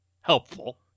helpful